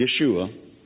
Yeshua